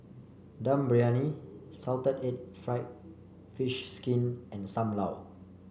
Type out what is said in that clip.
Dum Briyani Salted Egg fried fish skin and Sam Lau